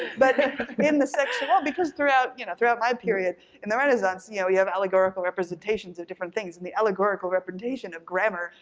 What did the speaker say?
but in the section, because throughout, you know, throughout my um period in the renaissance, you know, we have allegorical representations of different things, and the allegorical representation of grammar,